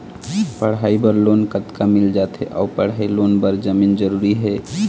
पढ़ई बर लोन कतका मिल जाथे अऊ पढ़ई लोन बर जमीन जरूरी हे?